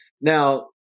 Now